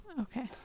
Okay